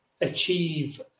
achieve